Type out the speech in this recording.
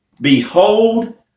behold